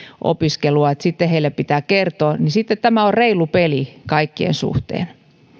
opiskelua sitten heille pitää kertoa joten tämä on reilu peli kaikkien suhteen